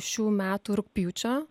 šių metų rugpjūčio